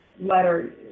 letter